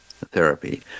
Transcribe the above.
Therapy